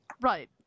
Right